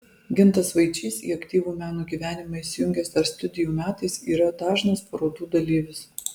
gintas vaičys į aktyvų meno gyvenimą įsijungęs dar studijų metais yra dažnas parodų dalyvis